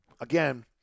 again